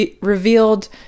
revealed